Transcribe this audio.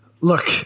Look